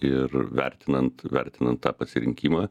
ir vertinant vertinant tą pasirinkimą